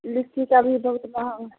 लीची तो अभी बहुत महँगी है